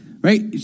right